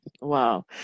Wow